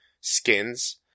skins